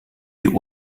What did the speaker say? die